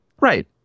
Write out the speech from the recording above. Right